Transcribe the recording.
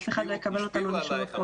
אף אחד לא יקבל אותנו לשום.